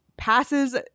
passes